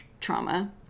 trauma